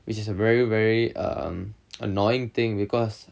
which is a very very um annoying thing because